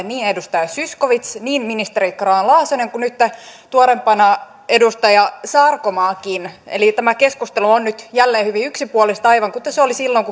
niin edustaja zyskowicz niin ministeri grahn laasonen kuin nyt tuoreimpana edustaja sarkomaakin eli tämä keskustelu on nyt jälleen hyvin yksipuolista aivan kuten se oli silloin